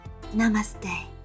Namaste